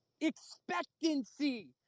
Expectancy